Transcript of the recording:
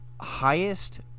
highest